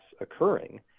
occurring